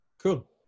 Cool